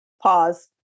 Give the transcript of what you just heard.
Pause